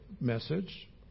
message